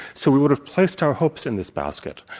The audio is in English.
so, we would have placed our hopes in this basket,